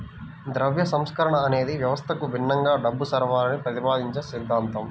ద్రవ్య సంస్కరణ అనేది వ్యవస్థకు భిన్నంగా డబ్బు సరఫరాని ప్రతిపాదించే సిద్ధాంతం